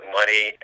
money